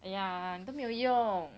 !aiya! 你都没有用